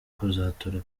kuzatora